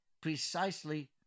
precisely